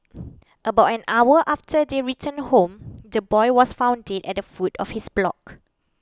about an hour after they returned home the boy was found dead at the foot of his block